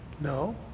No